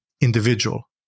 individual